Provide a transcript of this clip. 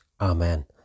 Amen